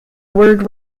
word